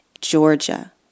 Georgia